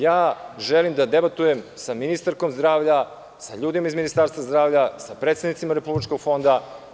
Ja želim da debatujem sa ministarkom zdravlja, sa ljudima iz Ministarstva zdravlja i sa predstavnicima Republičkog fonda.